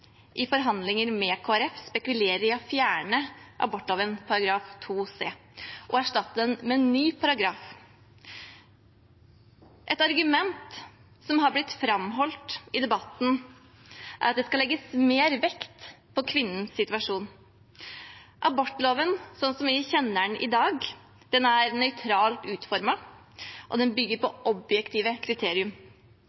i forhandlinger med Kristelig Folkeparti spekulerer i å fjerne abortloven § 2 c og erstatte den med en ny paragraf. Et argument som har blitt framholdt i debatten, er at det skal legges mer vekt på kvinnens situasjon. Abortloven slik vi kjenner den i dag, er nøytralt utformet og den bygger på